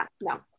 No